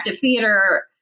theater